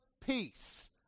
peace